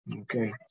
okay